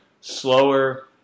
slower